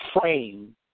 frame